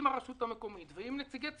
עם הרשות המקומית ועם נציגי ציבור.